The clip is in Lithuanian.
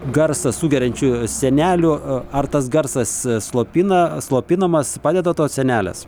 garsą sugeriančių sienelių ar tas garsas slopina slopinamas padeda tos sienelės